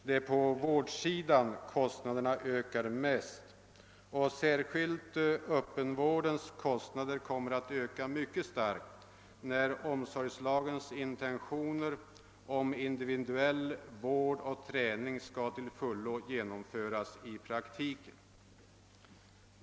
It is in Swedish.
Det är på vårdsidan kostnaderna ökar mest, och särskilt öppenvårdens kostnader kommer att öka mycket starkt när omsorgslagens intentioner om individuell vård och träning skall till fullo genomföras i praktiken.